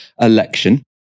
election